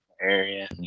Area